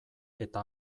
eta